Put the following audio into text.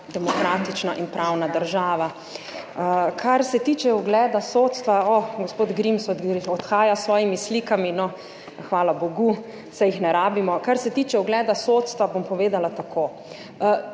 demokratična in pravna država. Kar se tiče ugleda sodstva … O, gospod Grims odhaja s svojimi slikami, hvala bogu, saj jih ne potrebujemo. Kar se tiče ugleda sodstva, bom povedala tako.